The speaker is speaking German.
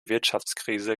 wirtschaftskrise